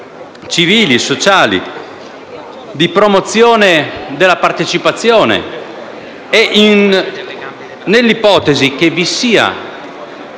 civili e sociali, di promozione della partecipazione. Pertanto, nell'ipotesi che vi sia